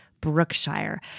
Brookshire